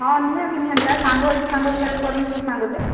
ହଁ ନିହାତି ନିହାତି ସାଙ୍ଗ ହେଇକି ସାଙ୍ଗକୁ ହେଲ୍ପ କରିବୁନୁ କେଉଁ ସାଙ୍ଗ ଯେ